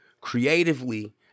creatively